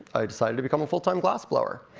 i decided to become a full-time glassblower.